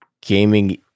gaming